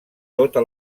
tota